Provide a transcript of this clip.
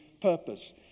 purpose